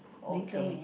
okay